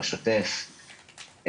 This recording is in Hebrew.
בשוטף.